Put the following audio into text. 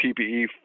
PPE